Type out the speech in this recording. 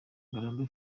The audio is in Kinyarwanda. ngarambe